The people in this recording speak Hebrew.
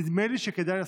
נדמה לי שכדאי לעשות,